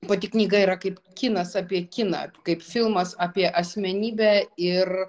pati knyga yra kaip kinas apie kiną kaip filmas apie asmenybę ir